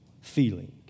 feeling